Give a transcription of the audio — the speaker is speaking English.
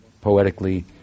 poetically